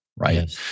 right